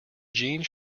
jeans